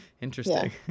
interesting